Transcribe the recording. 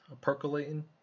percolating